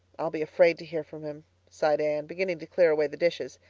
i'll be afraid to hear from him, sighed anne, beginning to clear away the dishes.